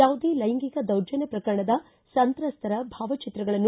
ಯಾವುದೇ ಲೈಂಗಿಕ ದೌರ್ಜನ್ನ ಪ್ರಕರಣದ ಸಂತ್ರಸ್ತರ ಭಾವಚಿತ್ರಗಳನ್ನು